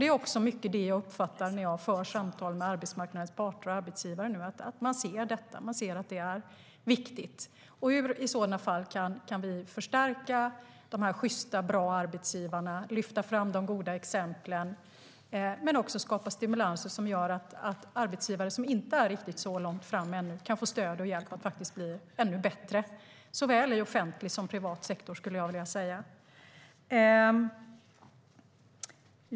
Det är mycket av det här jag uppfattar när jag för samtal med arbetsmarknadens parter och arbetsgivare nu. Man ser detta, och man ser att det är viktigt. Hur kan vi i så fall förstärka de sjysta och bra arbetsgivarna och lyfta fram de goda exemplen men också skapa stimulanser som gör att arbetsgivare som inte är riktigt så långt fram ännu kan få stöd och hjälp att bli ännu bättre? Det gäller såväl i offentlig som i privat sektor, skulle jag vilja säga.